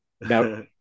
Now